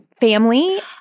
family